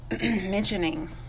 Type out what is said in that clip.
mentioning